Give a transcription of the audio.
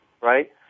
right